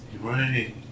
right